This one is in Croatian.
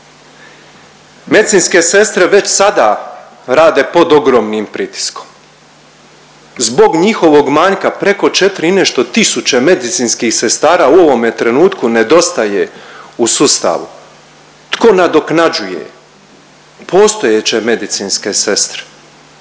Medicinske sestre već sada rade pod ogromnim pritiskom zbog njihovog manjka preko 4 i nešto tisuće medicinskih sestara u ovome trenutku nedostaje u sustavu. Tko nadoknađuje? Postojeće medicinske sestre